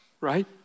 right